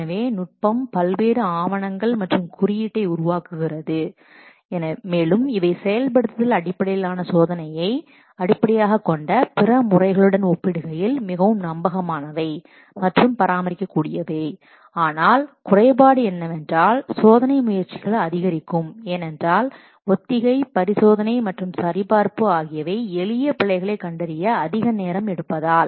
எனவே நுட்பம் பல்வேறு ஆவணங்கள் மற்றும் குறியீட்டை உருவாக்குகிறது மேலும் இவை செயல்படுத்தல் அடிப்படையிலான சோதனையை அடிப்படையாகக் கொண்ட பிற முறைகளுடன் ஒப்பிடுகையில் மிகவும் நம்பகமானவை மற்றும் பராமரிக்கக்கூடியவை ஆனால் குறைபாடு என்னவென்றால் சோதனை முயற்சிகள் அதிகரிக்கும் ஏனென்றால் ஒத்திகை பரிசோதனை மற்றும் சரிபார்ப்பு ஆகியவை எளிய பிழைகள் கண்டறிய அதிக நேரம் எடுப்பதால்